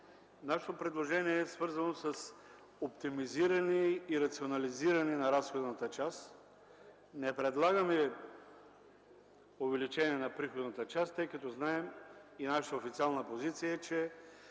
Нашето предложение е свързано с оптимизиране и рационализиране на разходната част. Не предлагаме увеличение на приходната част, тъй като знаем, и нашата официална позиция е – че